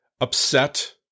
upset